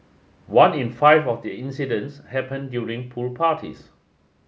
one in five of the incidents happened during pool parties